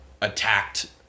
attacked